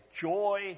joy